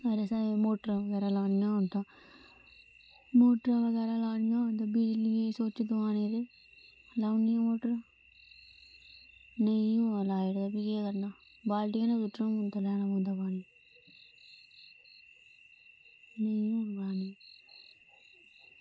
अगर असें एह् मोटरां बगैरा लानियां होन तां मोटरां बगैरा लुआनियां होन ते बिजली दे स्विच लुआने ते लाई ओड़नी मोटर नेईं होन लाए दे ते भी केह् करना बाल्टी कन्नै सुट्टना ते लैना पौंदा पानी नेईं होऐ लैना